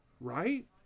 Right